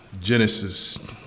Genesis